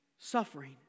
suffering